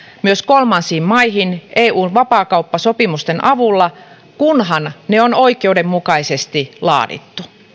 myös kolmansiin maihin eun vapaakauppasopimusten avulla kunhan ne on oikeudenmukaisesti laadittu